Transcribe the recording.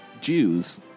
Jews